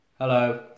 Hello